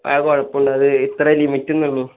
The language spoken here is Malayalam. അത് കുഴപ്പം ഇല്ല അത് ഇത്ര ലിമിറ്റ് എന്നുള്ളൂ